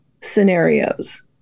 scenarios